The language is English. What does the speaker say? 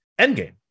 Endgame